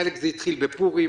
לחלק זה התחיל בפורים,